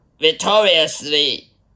victoriously